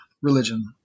religion